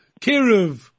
Kiruv